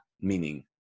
meaning